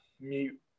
mute